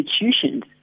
institutions